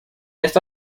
esta